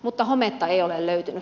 mutta hometta ei ole löytynyt